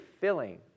filling